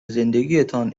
زندگیتان